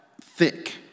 thick